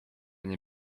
nie